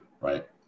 right